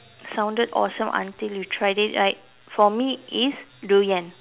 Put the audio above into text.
sounded awesome until you tried it right for me is durian